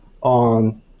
on